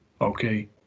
okay